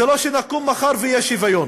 זה לא שנקום מחר ויהיה שוויון.